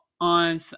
on